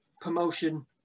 promotion